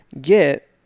get